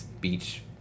beach